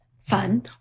fun